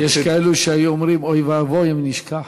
יש כאלה שהיו אומרים: אוי ואבוי אם הוא ישכח.